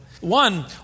One